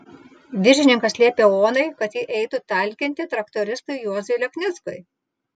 viršininkas liepė onai kad ji eitų talkinti traktoristui juozui leknickui